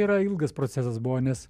yra ilgas procesas buvo nes